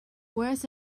worse